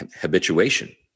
habituation